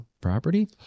Property